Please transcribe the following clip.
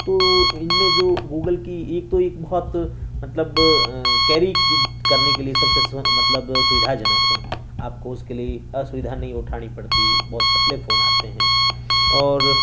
تو ان میں جو گوگل کی ایک تو ایک بہت مطلب کیری کرنے کے لیے سب سے مطلب سودھا جنک ہیں آپ کو اس کے لیے اسودھا نہیں اٹھانی پڑتی بہت پتلے فون آتے ہیں اور